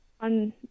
on